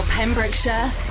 Pembrokeshire